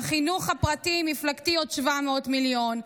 החינוך הפרטי-מפלגתי עוד 700 מיליון.